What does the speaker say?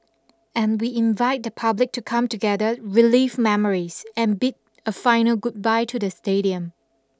and we invite the public to come together relive memories and bid a final goodbye to the stadium